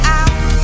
out